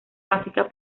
básica